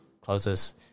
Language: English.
closes